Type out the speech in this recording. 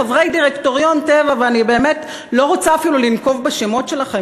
חברי דירקטוריון "טבע" ואני באמת לא רוצה אפילו לנקוב בשמות שלכם,